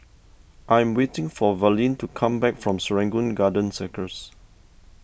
I am waiting for Verlene to come back from Serangoon Garden Circus